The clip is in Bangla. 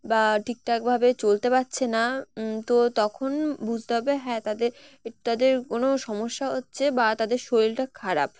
বা ঠিক ঠাকভাবে চলতে পারছে না তো তখন বুঝতে হবে হ্যাঁ তাদের তাদের কোনো সমস্যা হচ্ছে বা তাদের শরীরটা খারাপ